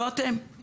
לא אתם,